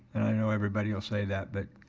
i know everybody will say that but